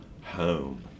home